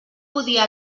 podia